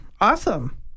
awesome